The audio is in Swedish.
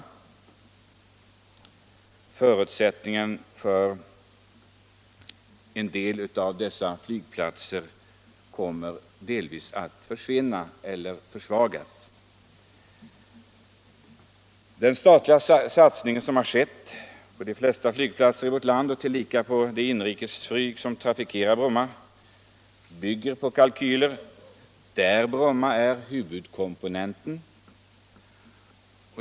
Förutsättningen för en del av dessa flygplatser kommer delvis att försvinna eller försvagas. Den statliga satsning som skett på de flesta flygplatser i vårt land och tillika på det inrikesflyg som trafikerar Bromma bygger på kalkyler, där Bromma är huvudkomponenten.